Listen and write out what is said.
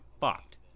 fucked